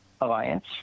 Alliance